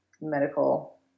medical